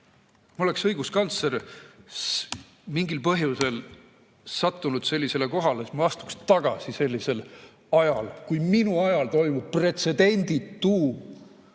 ma oleksin õiguskantsler, mingil põhjusel sattunud sellisele kohale, siis ma astuks tagasi sellisel ajal, kui minu ajal toimub pretsedenditu